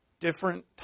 different